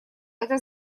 это